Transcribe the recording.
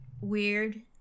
weird